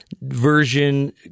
Version